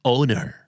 Owner